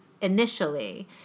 initially